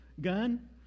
gun